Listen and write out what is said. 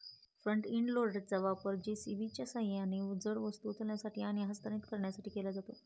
front end लोडरचा वापर जे.सी.बीच्या सहाय्याने जड वस्तू उचलण्यासाठी आणि हस्तांतरित करण्यासाठी केला जातो